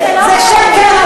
זה שקר,